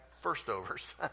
first-overs